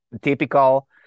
typical